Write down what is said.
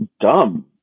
dumb